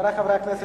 חברי חברי הכנסת,